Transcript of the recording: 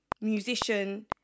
musician